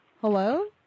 Hello